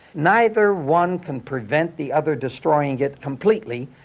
neither one can prevent the other destroying it completely,